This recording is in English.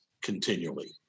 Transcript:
continually